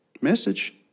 Message